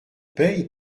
paye